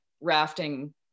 rafting